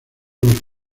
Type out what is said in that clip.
los